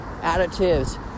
Additives